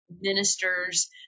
ministers